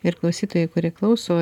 ir klausytojai kurie klauso